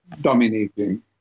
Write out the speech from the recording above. dominating